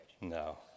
No